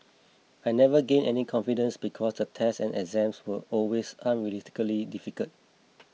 I never gained any confidence because the tests and exams were always unrealistically difficult